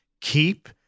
keep